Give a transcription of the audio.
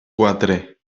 quatre